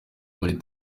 muri